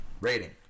Rating